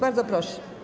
Bardzo proszę.